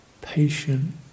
patient